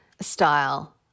style